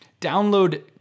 download